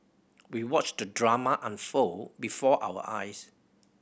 we watched the drama unfold before our eyes